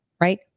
right